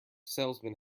salesman